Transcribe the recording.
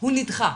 הוא נדחה.